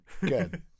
Good